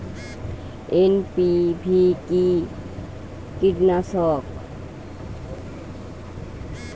NPV কি কীটনাশক?